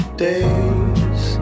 Days